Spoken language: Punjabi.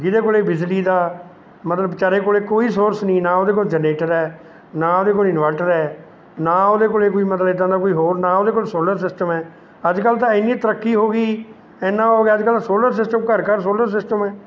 ਜਿਹਦੇ ਕੋਲ ਬਿਜਲੀ ਦਾ ਮਤਲਬ ਵਿਚਾਰੇ ਕੋਲ ਕੋਈ ਸੋਰਸ ਨਹੀਂ ਨਾ ਉਹਦੇ ਜਰਨੇਟਰ ਹੈ ਨਾ ਉਹਦੇ ਕੋਲ ਇੰਨਵਟਰ ਹੈ ਨਾ ਉਹਦੇ ਕੋਲ ਕੋਈ ਮਤਲਬ ਇੱਦਾਂ ਦਾ ਕੋਈ ਹੋਰ ਨਾ ਉਹਦੇ ਕੋਲ ਸੋਲਰ ਸਿਸਟਮ ਹੈ ਅੱਜ ਕੱਲ੍ਹ ਤਾਂ ਇੰਨੀ ਤਰੱਕੀ ਹੋ ਗਈ ਇੰਨਾਂ ਹੋ ਗਿਆ ਅੱਜ ਕੱਲ੍ਹ ਸੋਲਰ ਸਿਸਟਮ ਘਰ ਘਰ ਸੋਲਰ ਸਿਸਟਮ ਹੈ